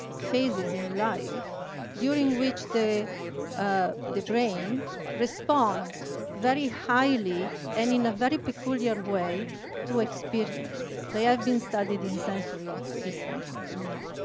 phases in life during which the ah the brain responds very highly and in a very peculiar way to experience. they have been studied in sensory systems, as you know.